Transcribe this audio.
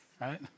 Right